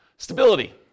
Stability